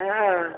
हँ